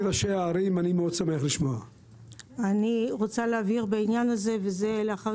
אני רוצה להבהיר בעניין הזה וזה לאחר